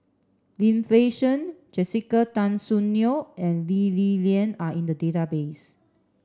Lim Fei Shen Jessica Tan Soon Neo and Lee Li Lian are in the database